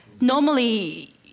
Normally